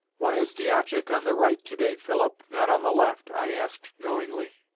why is diashak on the right today, philip, not on the left? i asked knowingly.